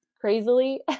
crazily